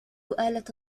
آلة